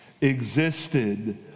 existed